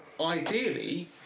ideally